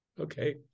okay